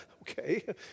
okay